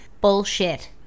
Bullshit